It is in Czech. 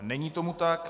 Není tomu tak.